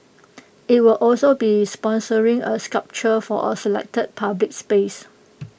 IT will also be sponsoring A sculpture for A selected public space